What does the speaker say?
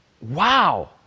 Wow